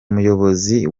muyobozi